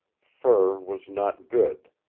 fur was not good.